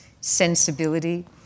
sensibility